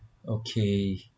okay